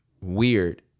weird